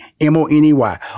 M-O-N-E-Y